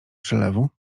przelewu